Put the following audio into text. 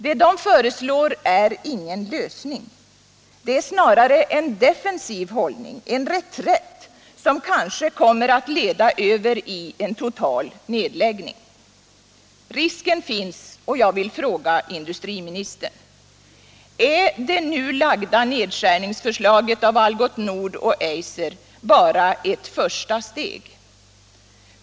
Det som föreslås är ingen lösning — det är snarare en defensiv hållning, en reträtt, som kanske kommer att leda över i den totala nedläggningen. Risken finns, och jag vill fråga industriministern: Är det nu framlagda förslaget om nedskärningar i Algots Nord och Eiser bara ett första steg?